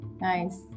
Nice